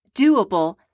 doable